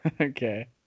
Okay